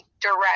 direct